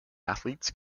athletes